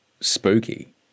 spooky